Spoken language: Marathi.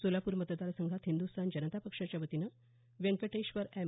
सोलापूर मतदार संघात हिंदस्थान जनता पक्षाच्यावतीनं वेंकटेश्वर एम